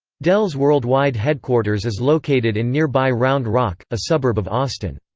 dell's worldwide headquarters is located in nearby round rock, a suburb of austin.